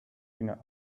finger